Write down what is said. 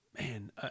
Man